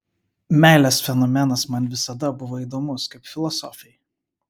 meilės fenomenas man visada buvo įdomus kaip filosofei